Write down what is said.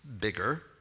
bigger